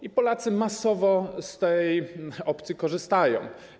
I Polacy masowo z tej opcji korzystają.